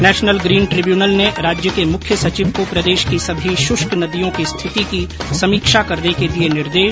national green tribunal ने राज्य के मुख्य सचिव को प्रदेश की सभी शृष्क नदियों की स्थिति की समीक्षा करने के दिये निर्देश